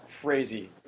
crazy